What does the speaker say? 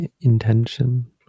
intention